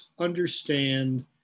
understand